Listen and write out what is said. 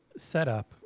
setup